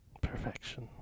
Perfection